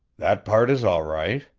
that part is all right.